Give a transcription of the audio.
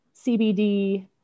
CBD